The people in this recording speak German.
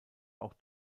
auch